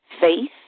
faith